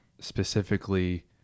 specifically